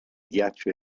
ghiaccio